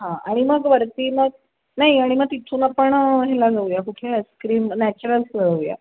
हां आणि मग वरती मग नाही आणि मग तिथून आपण ह्याला जाऊया कुठे आइस्क्रीम नॅचरल्सला जाऊया